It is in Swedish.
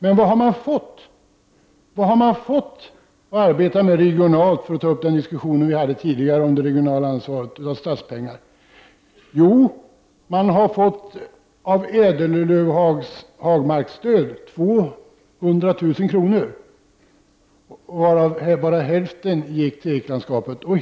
Men, för att ta upp den diskussion vi förde tidigare om det regionala ansvaret, vad har man regionalt fått av statspengar att arbeta med? Jo, man har fått 200 000 kr. av ädellövsoch hagmarksstödet, och bara hälften av detta gick till eklandskapet.